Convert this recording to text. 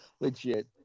Legit